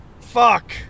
fuck